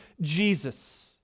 Jesus